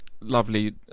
lovely